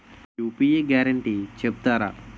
UPI guarantee చెప్తారా?